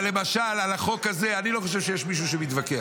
אבל למשל על החוק הזה אני לא חושב שיש מישהו שמתווכח.